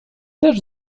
też